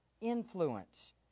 influence